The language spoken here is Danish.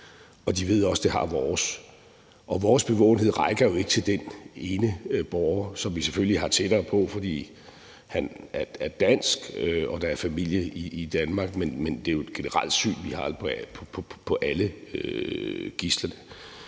De ved også, at det har vores, og vores bevågenhed rækker jo ikke til den ene borger, som vi selvfølgelig har tættere på, fordi han er dansk og har familie i Danmark. Men det er jo et generelt syn, vi har på alle gidslerne.